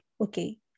okay